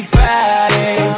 Friday